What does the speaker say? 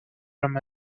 from